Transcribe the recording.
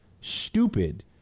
stupid